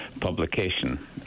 publication